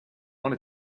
wanna